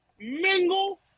mingle